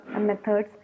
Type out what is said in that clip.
methods